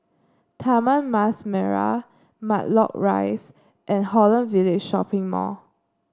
Taman Mas Merah Matlock Rise and Holland Village Shopping Mall